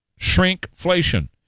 Shrinkflation